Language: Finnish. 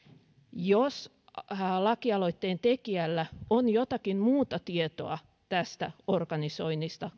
jos lakialoitteen tekijällä on jotakin muuta tietoa tästä organisoinnista